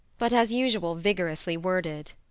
but, as usual, vigorously worded.